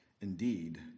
indeed